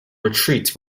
retreats